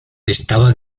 estaba